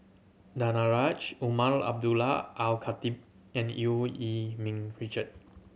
Danaraj Umar Abdullah Al Khatib and Eu Yee Ming Richard